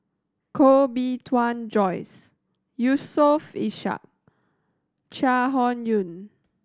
Koh Bee Tuan Joyce Yusof Ishak Chai Hon Yoong